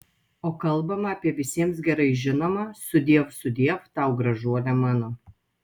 o kalbama apie visiems gerai žinomą sudiev sudiev tau gražuole mano